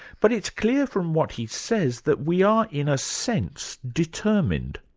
but it's clear from what he says that we are in a sense, determined.